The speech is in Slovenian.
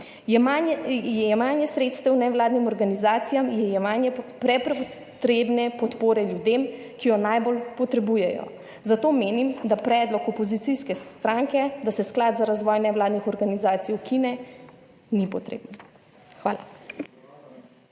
Jemanje sredstev nevladnim organizacijam je jemanje prepotrebne podpore ljudem, ki jo najbolj potrebujejo, zato menim, da predlog opozicijske stranke, da se sklad za razvoj nevladnih organizacij ukine, ni potreben. Hvala.